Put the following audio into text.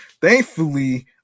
thankfully